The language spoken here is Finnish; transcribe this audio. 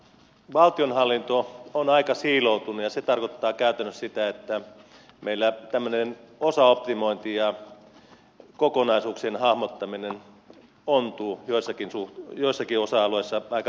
valtionhallinto on aika siiloutunut ja se tarkoittaa käytännössä sitä että meillä tämmöinen osaoptimointi ja kokonaisuuksien hahmottaminen ontuu joillakin osa alueilla aika paljon